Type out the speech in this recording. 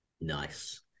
Nice